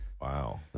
Wow